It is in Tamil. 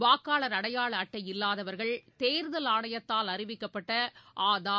வாக்காளர் அடையாள அட்டை இல்லாதவர்கள் தேர்தல் ஆணையத்தால் அறிவிக்கப்பட்ட ஆதார்